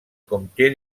comté